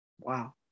Wow